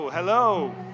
Hello